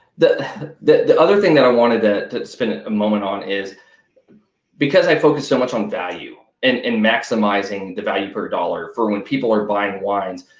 the other other thing that i wanted to to spend a moment on is because i focused so much on value and and maximizing the value per dollar for when people are buying wines.